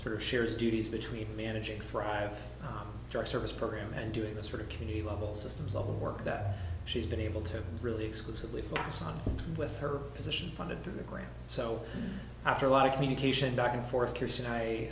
sort of shares duties between managing thrive or service program and doing the sort of community level systems of work that she's been able to really exclusively focus on with her position funded through the grant so after a lot of communication back and forth c